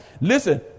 Listen